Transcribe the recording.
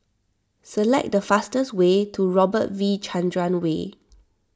select the fastest way to Robert V Chandran Way